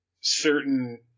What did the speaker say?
certain